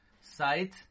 site